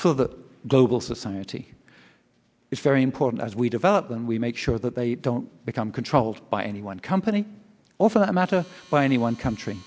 for the global society it's very important as we develop and we make sure that they don't become controlled by any one company or for that matter by any one country